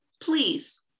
please